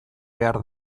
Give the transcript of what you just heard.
behar